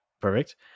perfect